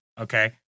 Okay